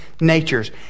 natures